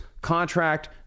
contract